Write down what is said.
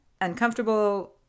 uncomfortable